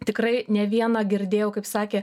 tikrai ne vieną girdėjau kaip sakė